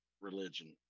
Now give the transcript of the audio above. religion